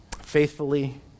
faithfully